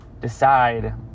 decide